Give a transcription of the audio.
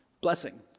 blessing